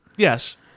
Yes